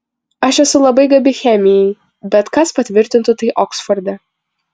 aš esu labai gabi chemijai bet kas patvirtintų tai oksforde